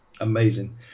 amazing